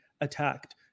attacked